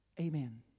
Amen